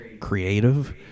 creative